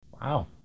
Wow